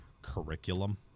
Curriculum